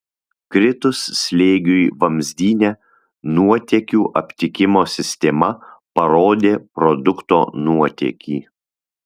kritus slėgiui vamzdyne nuotėkių aptikimo sistema parodė produkto nuotėkį